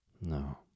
No